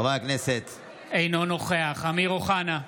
אינו נוכח אמיר אוחנה,